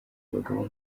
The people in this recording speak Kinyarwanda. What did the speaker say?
abagabo